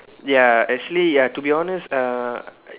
ya actually ya to be honest uh